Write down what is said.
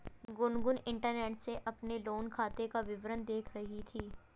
Gungun internet से अपने loan खाते का विवरण देख रही थी